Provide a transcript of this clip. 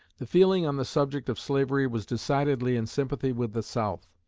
the feeling on the subject of slavery was decidedly in sympathy with the south.